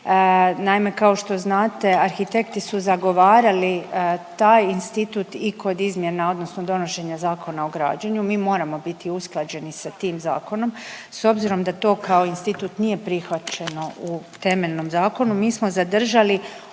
Naime, kao što znate, arhitekti su zagovarali taj institut i kod izmjena odnosno donošenja Zakona o građenju, mi moramo biti usklađeni sa tim Zakonom, s obzirom da to kao institut nije prihvaćeno u temeljnom zakonu, mi smo zadržali